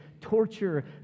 torture